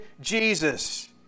Jesus